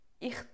Ich